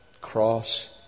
cross